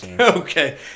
Okay